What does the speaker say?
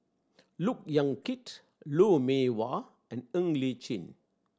Look Yan Kit Lou Mee Wah and Ng Li Chin